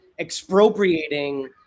expropriating